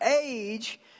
age